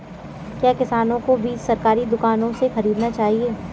क्या किसानों को बीज सरकारी दुकानों से खरीदना चाहिए?